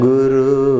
Guru